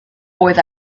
oedd